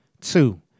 Two